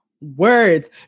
words